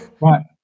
Right